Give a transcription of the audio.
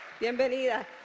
Bienvenida